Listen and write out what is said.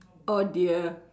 oh dear